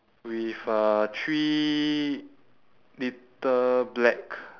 with uh three little black